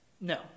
No